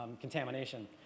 contamination